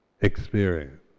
experience